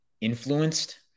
influenced